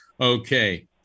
Okay